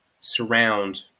surround